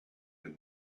been